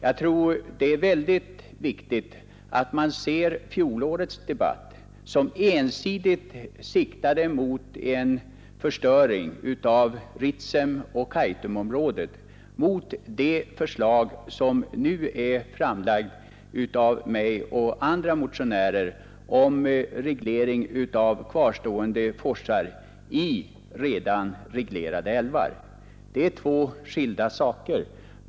Jag tror det är väldigt viktigt att man ser fjolårets debatt, som ensidigt siktade mot en förstöring av Ritsemoch Kaitumområdena, mot det förslag som är framlagt av mig och andra motionärer om reglering av kvarstående forsar i redan reglerade älvar. Det är två skilda saker.